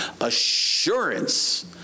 assurance